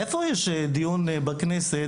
איפה יש דיון בכנסת